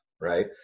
right